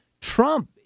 Trump